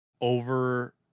over